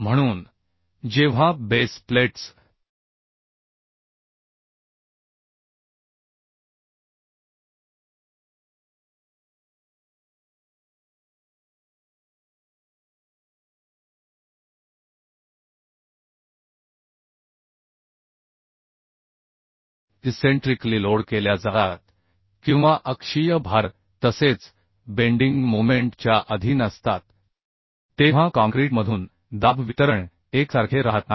म्हणून जेव्हा base plates eccentrically load केल्या जातात किंवा अक्षीय भार तसेच बेंडिंग मोमेंट च्या अधीन असतात तेव्हा काँक्रीटमधून दाब वितरण एकसारखे राहत नाही